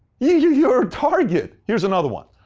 you're a target. here's another one.